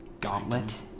gauntlet